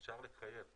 אפשר לחייב.